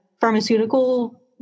pharmaceutical